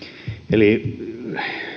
eli